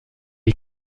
est